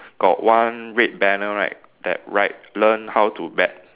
got one red banner right that write learn how to bet